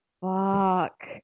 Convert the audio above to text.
fuck